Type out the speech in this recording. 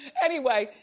anyway,